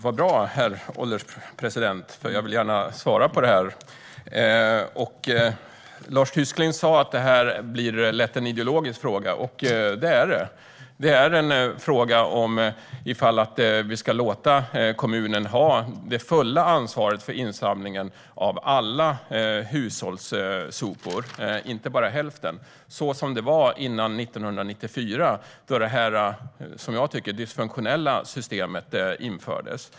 Herr ålderspresident! Jag vill gärna svara på det. Lars Tysklind sa att detta lätt blir en ideologisk fråga, och det är det. Det är en fråga om huruvida vi ska låta kommunen ha det fulla ansvaret för insamlingen av alla hushållssopor och inte bara hälften, så som det var före 1994, då detta i mitt tycke dysfunktionella system infördes.